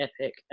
epic